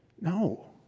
No